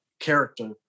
character